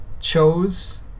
chose